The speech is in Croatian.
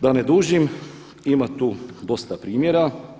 Da ne dužim, ima tu dosta primjere.